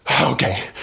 Okay